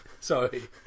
Sorry